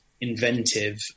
inventive